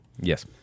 Yes